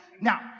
Now